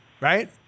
Right